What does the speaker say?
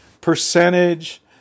percentage